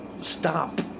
Stop